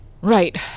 Right